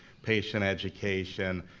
patient education,